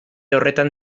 horretan